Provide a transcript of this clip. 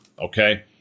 okay